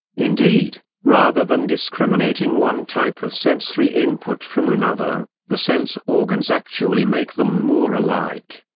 indeed, rather than discriminating one type of sensory input from another, the sense organs actually make them more alike.